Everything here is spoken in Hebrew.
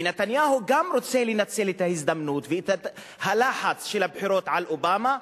ונתניהו רוצה לנצל את ההזדמנות ואת הלחץ של הבחירות על אובמה,